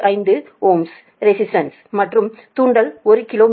15 Ω resistance மற்றும் தூண்டல் ஒரு கிலோ மீட்டருக்கு 1